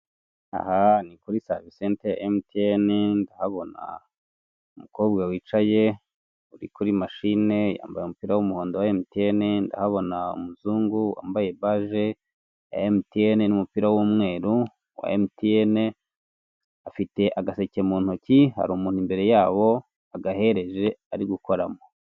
Aha ni kuri service center ya MTN ndahabona umukobwa wicaye uri kuri machine yambaye umupira w'umuhondo wa MTN, ndahabona umuzungu wambaye baje ya MTN n'umupira w'umweru wa MTN, afite agasecye mu ntoki hari umuntu imbere yabo agahereje ari gukoramo.